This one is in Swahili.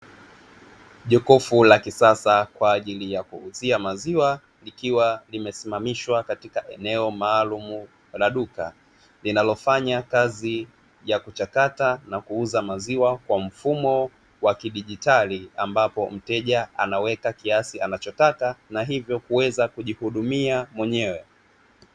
Jokofu la kisasa kwa ajili ya kuuzia maziwa ikiwa limesimamishwa katika eneo maalumu la duka, linalofanya kazi ya kuchakata na kuuza maziwa kwa mfumo wa kidigitali, ambapo mteja anaweka kiasi anachotaka na hivyo kuweza kujihudumia mwenyewe.